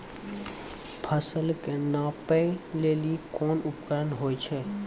फसल कऽ नापै लेली कोन उपकरण होय छै?